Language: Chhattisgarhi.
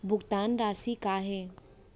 भुगतान राशि का हे?